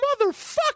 motherfucker